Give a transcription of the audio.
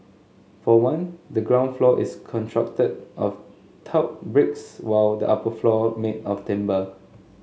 for one the ground floor is constructed of tiled bricks while the upper floor made of timber